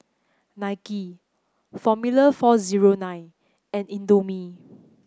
Nike Formula four zero nine and Indomie